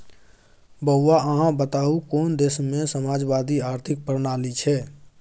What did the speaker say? बौआ अहाँ बताउ कोन देशमे समाजवादी आर्थिक प्रणाली छै?